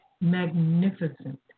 magnificent